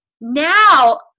now